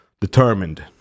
determined